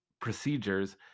procedures